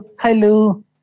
Hello